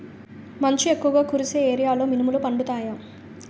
మంచు ఎక్కువుగా కురిసే ఏరియాలో మినుములు పండుతాయా?